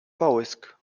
połysk